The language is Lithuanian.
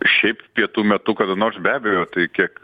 šiaip pietų metu kada nors be abejo tai kiek